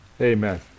Amen